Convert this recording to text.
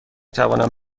توانم